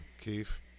Keith